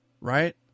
right